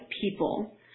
people